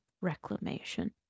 reclamation